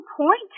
point